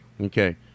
Okay